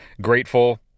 grateful